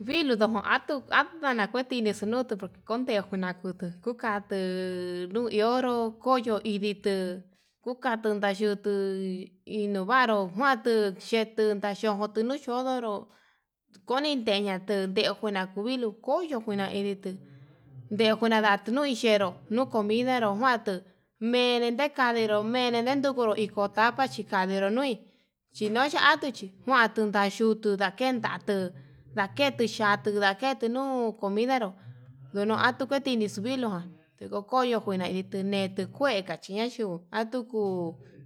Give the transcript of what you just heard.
Viluu tuu atu atu ndana kue tinixu nuutu por que conteo, kuna kuduu kuu katuu nuiro koyo hí ndituu kukatu ndayutu hi inovaru kuantu xhetuu ndaxhikotu nuu yo'o, ndororo kuni teyatuu ndenguna kuu viluu koiyo kuena idituu nde kuna ndatuu no'í xheruu no comidaro, matuu nede nekanero mene nendikoro iko tapa xhikadero nui, chinoyatu chí njuan atun nayutu ndaken ndatuu ndaketui xhatuu nakete nuu comidaro dunuu atu kuti, idixu viluu ján tekokoyo ita nguitine'e tuu kue chinaxhinguo tuuku